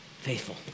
faithful